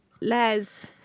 Les